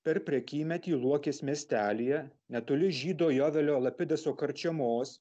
per prekymetį luokės miestelyje netoli žydo jodalio lapideso karčemos